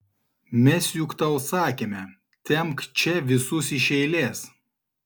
mes juk tau sakėme tempk čia visus iš eilės